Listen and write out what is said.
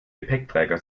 gepäckträger